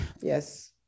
Yes